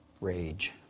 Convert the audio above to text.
rage